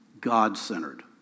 God-centered